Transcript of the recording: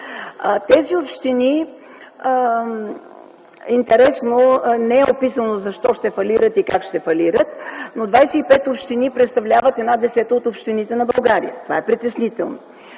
ще фалират. Интересно, не е описано защо и как ще фалират тези общини, но 25 общини представляват една десета от общините на България. Това е притеснително.